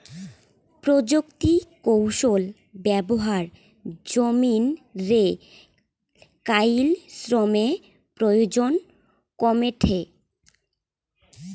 প্রযুক্তিকৌশল ব্যবহার জমিন রে কায়িক শ্রমের প্রয়োজন কমেঠে